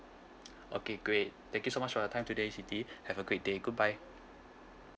okay great thank you so much for your time today siti have a great day goodbye